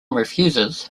refuses